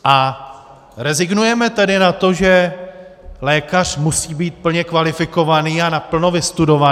A rezignujeme tedy na to, že lékař musí být plně kvalifikovaný a naplno vystudovaný?